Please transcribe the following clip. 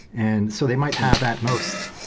and so they might have, at most,